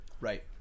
Right